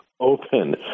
open